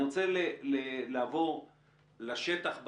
אני רוצה לעבור לשטח.